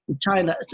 China